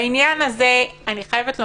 בעניין הזה, אני חייבת לומר,